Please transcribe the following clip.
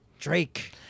drake